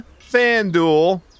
FanDuel